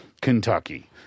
Kentucky